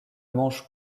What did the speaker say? manche